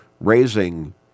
raising